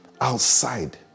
outside